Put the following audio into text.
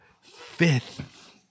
fifth